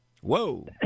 Whoa